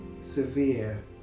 severe